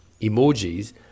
emojis